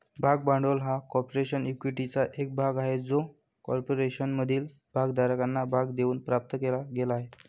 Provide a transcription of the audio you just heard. भाग भांडवल हा कॉर्पोरेशन इक्विटीचा एक भाग आहे जो कॉर्पोरेशनमधील भागधारकांना भाग देऊन प्राप्त केला गेला आहे